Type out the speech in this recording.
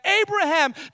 Abraham